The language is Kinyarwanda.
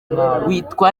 witwa